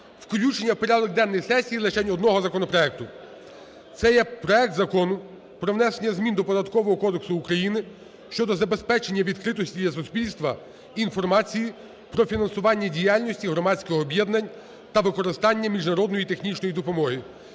включення в порядок денний сесії лишень одного законопроекту. Це є проект Закону про внесення змін до Податкового кодексу України щодо забезпечення відкритості для суспільства інформації про фінансування діяльності громадських об'єднань та використання міжнародної технічної допомоги